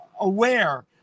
aware